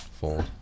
fold